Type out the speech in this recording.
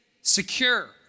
secure